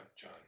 John